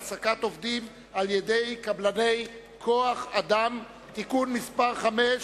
העסקת עובדים על-ידי קבלני כוח-אדם (תיקון מס' 5),